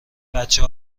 بچه